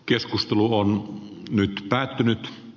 keskustelu on nyt päättynyt